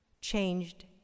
changed